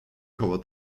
koło